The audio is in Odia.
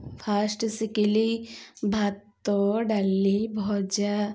ଫାଷ୍ଟ ଶିଖିଲିି ଭାତ ଡାଲି ଭଜା